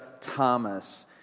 Thomas